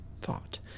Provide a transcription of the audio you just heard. thought